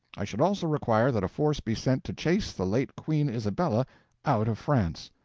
i should also require that a force be sent to chase the late queen isabella out of france.